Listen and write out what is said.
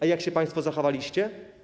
A jak się państwo zachowaliście?